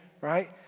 right